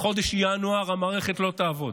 בחודש ינואר המערכת לא תעבוד.